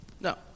No